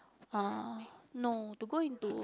uh no to go into